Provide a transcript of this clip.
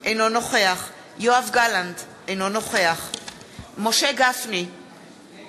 אינו נוכח יואב גלנט, אינו נוכח משה גפני,